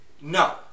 No